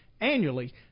annually